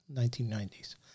1990s